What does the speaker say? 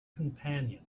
companion